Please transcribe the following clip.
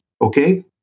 okay